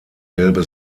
gelbe